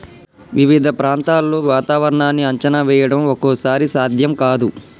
వివిధ ప్రాంతాల్లో వాతావరణాన్ని అంచనా వేయడం ఒక్కోసారి సాధ్యం కాదు